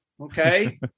Okay